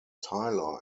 tyler